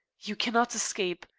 you cannot escape.